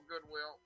goodwill